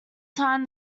time